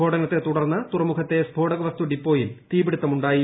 സ്ഫോടനത്തെ തുടർന്ന് തുറമുഖത്തെ സ്ഫോടകവസ്തു ഡിപ്പോയിൽ തീപിടുത്തമുണ്ടായി